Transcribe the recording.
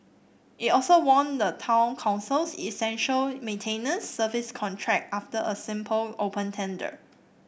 it also won the Town Council's essential maintenance service contract after a simple open tender